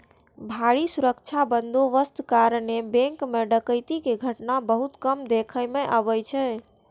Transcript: भारी सुरक्षा बंदोबस्तक कारणें बैंक मे डकैती के घटना बहुत कम देखै मे अबै छै